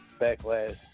backlash